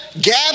gather